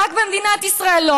רק במדינת ישראל לא,